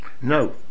No